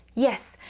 yes,